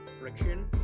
friction